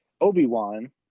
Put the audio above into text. Obi-Wan